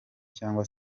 cyangwa